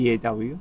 DAW